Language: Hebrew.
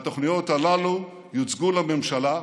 והתוכניות הללו יוצגו לממשלה,